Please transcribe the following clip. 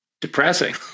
depressing